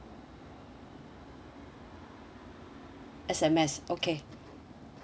S_M_S okay